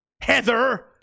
Heather